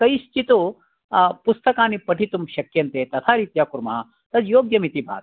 कैश्चित् पुस्तकानि पठितुं शक्यन्ते तथा रीत्या कुर्मः तद्योग्यम् इति भाति